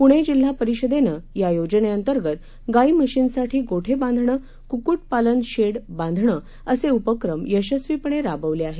पूणे जिल्हा परिषदेनं या योजनेंतर्गत गाई म्हशींसाठी गोठे बांधणं कुक्कुटपालन शेड बांधणं असे उपक्रम यशस्वीपणे राबवले आहेत